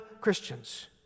Christians